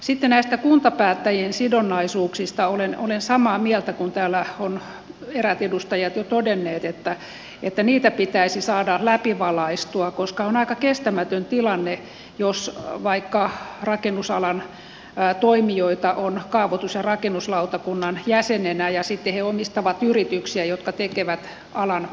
sitten näistä kuntapäättäjien sidonnaisuuksista olen samaa mieltä kuin mitä täällä ovat eräät edustajat jo todenneet että niitä pitäisi saada läpivalaistua koska on aika kestämätön tilanne jos vaikka rakennusalan toimijoita on kaavoitus ja rakennuslautakunnan jäsenenä ja sitten he omistavat yrityksiä jotka tekevät alan urakoita omalle kaupungilleen